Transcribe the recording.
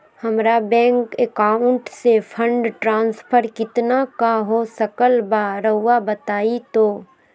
हमरा bank account से fund transfer कितना का हो सकल बा रुआ बताई तो?